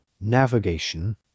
navigation